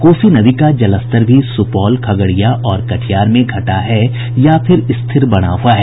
कोसी नदी का जलस्तर भी सुपौल खगड़िया और कटिहार में घटा है या फिर स्थिर बना हुआ है